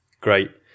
great